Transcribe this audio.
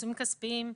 עיצומים כספיים,